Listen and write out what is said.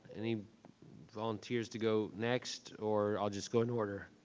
any volunteers to go next or i'll just go in order.